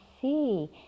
see